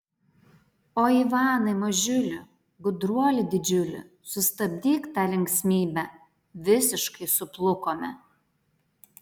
oi ivanai mažiuli gudruoli didžiuli sustabdyk tą linksmybę visiškai suplukome